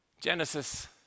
Genesis